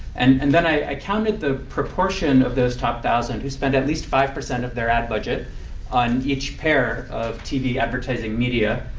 and and then i counted the proportion of those top thousand who spent at least five percent of their ad budget on each pair of tv advertising media.